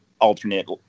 alternate